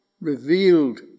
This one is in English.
revealed